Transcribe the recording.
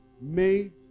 made